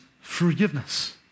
forgiveness